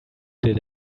did